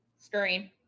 Scream